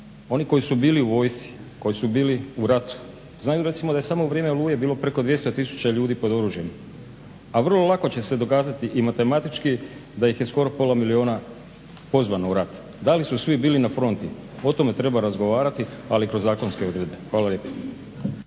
Oni koji su bili u vojsci, koji su bili u ratu, znaju recimo da je samo u vrijeme "Oluje" bilo preko 200 tisuća ljudi pod oružjem, a vrlo lako će se dokazati i matematički da ih je skoro pola milijuna pozvano u rat. Da li su svi bili na fronti? O tome treba razgovarati ali kroz zakonske odredbe. Hvala lijepa.